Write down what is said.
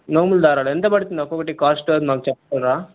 నోముల దారాలు ఎంత పడుతుంది ఒక్కోటి కాస్ట్ నాకు చెప్తారా